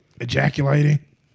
Ejaculating